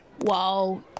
Wow